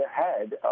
ahead